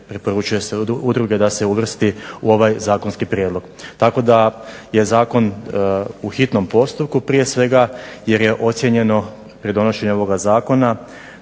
da se uvrsti u ovaj zakonski prijedlog. Tako da je zakon u hitnom postupku prije svega jer je ocijenjeno pred donošenje ovoga zakona